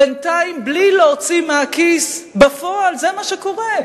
בינתיים, בלי להוציא מהכיס, בפועל זה מה שקורה.